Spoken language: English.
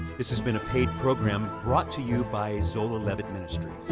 this has been a paid program brought to you by zola levitt ministries.